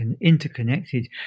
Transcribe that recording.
interconnected